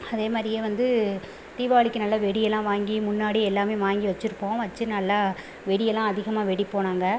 அதேமாதிரியே வந்து தீபாவளிக்கு நல்ல வெடியெலாம் வாங்கி முன்னாடியே எல்லாமே வாங்கி வச்சிருப்போம் வச்சு நல்லா வெடியெலாம் அதிகமாக வெடிப்போம் நாங்கள்